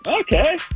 Okay